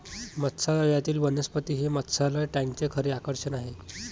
मत्स्यालयातील वनस्पती हे मत्स्यालय टँकचे खरे आकर्षण आहे